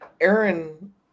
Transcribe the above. Aaron